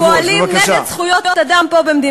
אחת כמוך, חסרת בושה, שקרנית.